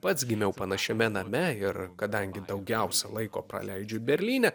pats gimiau panašiame name ir kadangi daugiausia laiko praleidžiu berlyne